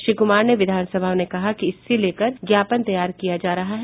श्री कुमार ने विधान सभा में कहा कि इसे लेकर ज्ञापन तैयार किया जा रहा है